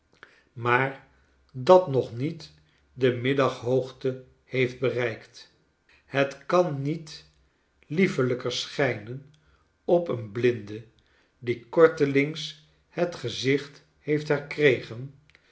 maar dat nog niet de middaghoogte heeft bereikt het kan niet liefelijker schijnen op een blinde die kortelings het gezicht heeft herkregen